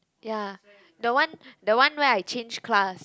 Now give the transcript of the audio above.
ya the one the one where I change class